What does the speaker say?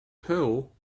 perl